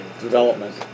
development